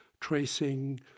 tracing